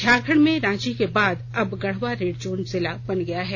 झारखंड में रांची के बाद अब गढ़वा रेड जोन जिला बन गया है